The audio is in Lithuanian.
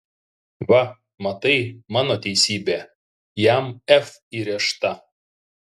va matai mano teisybė jam f įrėžta